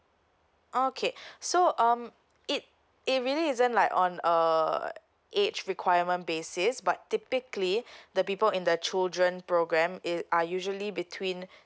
okay so um it it really isn't like on uh age requirement basis but typically the people in the children program is are usually between